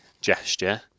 gesture